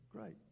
great